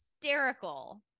hysterical